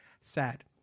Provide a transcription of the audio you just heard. Sad